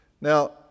Now